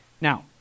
Now